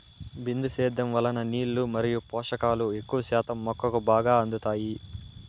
బిందు సేద్యం వలన నీళ్ళు మరియు పోషకాలు ఎక్కువ శాతం మొక్కకు బాగా అందుతాయి